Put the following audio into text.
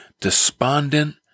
despondent